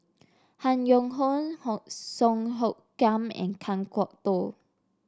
Han Yong Hong Song Hoot Kiam and Kan Kwok Toh